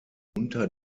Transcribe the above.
unter